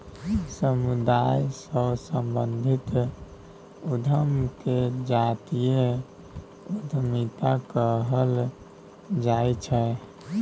समुदाय सँ संबंधित उद्यम केँ जातीय उद्यमिता कहल जाइ छै